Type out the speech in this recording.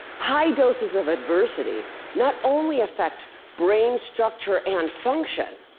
high doses of adversity not only affect brain structure and function,